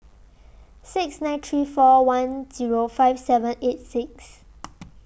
six nine three four one Zero five seven eight six